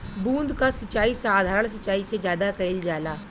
बूंद क सिचाई साधारण सिचाई से ज्यादा कईल जाला